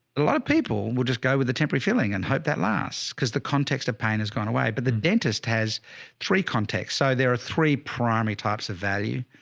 a lot of people will just go with the temporary filling and hope that lasts because the context of pain has gone away. but the dentist has three contexts. so there are three primary types of value,